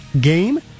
game